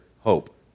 hope